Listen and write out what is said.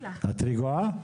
את רגועה?